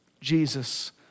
Jesus